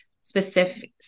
specific